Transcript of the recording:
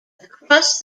across